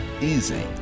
easy